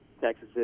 Texas